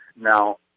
Now